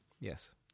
Yes